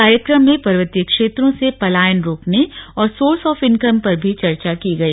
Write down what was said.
कार्यक्रम में पर्वतीय क्षेत्रों से पलायन रोकने और सोर्स ऑफ इनकम पर भी चर्चा की गई